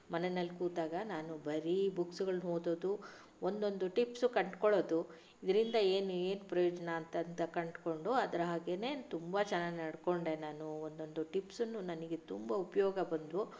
ಮನೆಯಲ್ಲಿ ಕೂತಾಗ ನಾನು ಬರೀ ಬುಕ್ಸ್ಗಳನ್ನು ಓದೋದು ಒಂದೊಂದು ಟಿಪ್ಸ್ ಕಂಡುಕೊಳ್ಳೋದು ಇದರಿಂದ ಏನು ಏನು ಪ್ರಯೋಜನ ಅಂತ ಅಂತ ಕಂಡುಕೊಂಡು ಅದರ ಹಾಗೆನೇ ತುಂಬ ಚೆನ್ನಾಗಿ ನಡ್ಕೊಂಡೆ ನಾನು ಒಂದೊಂದು ಟಿಪ್ಸನ್ನು ನನಗೆ ತುಂಬಾ ಉಪಯೋಗ ಬಂದವು